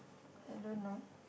I don't know